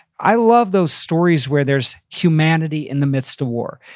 i love those stories where there's humanity in the midst of war.